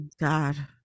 God